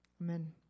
Amen